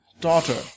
daughter